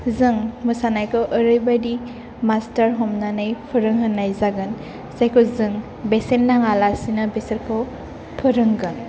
जों मोसानायखौ ओरैबायदि मास्टार हमनानै फोरोंहोनाय जागोन जायखौ जों बेसेन नाङालासिनो बिसोरखौ फोरोंगोन